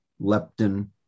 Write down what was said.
leptin